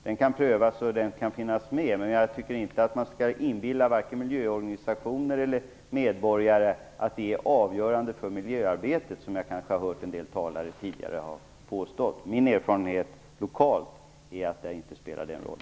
Den kan prövas, och den kan finnas med, men jag tycker inte att man skall inbilla vare sig miljöorganisationer eller medborgare att det är avgörande för miljöarbetet, som en del talare tidigare har påstått. Min erfarenhet lokalt är att det inte spelar så stor roll.